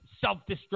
self-destruct